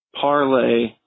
parlay